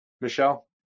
Michelle